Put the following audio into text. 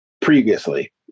previously